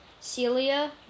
celia